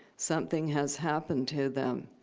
something has happened to them.